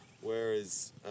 whereas